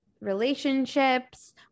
relationships